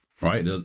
Right